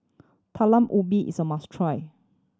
Talam Ubi is a must try